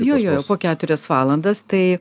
jo jo po keturias valandas tai